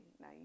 now